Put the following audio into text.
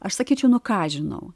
aš sakyčiau nu ką žinau